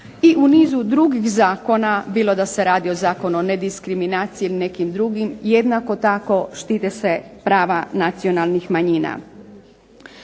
I u nisu drugih zakona bilo da se radi o zakonu o ne diskriminaciji ili nekim drugim, jednako tako štite se prava nacionalnih manjina.